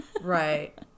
Right